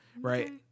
Right